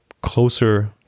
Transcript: closer